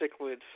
Cichlids